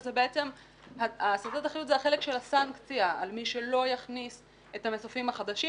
שזה בעצם החלק של הסנקציה על מי שלא יכניס את המסופים החדשים.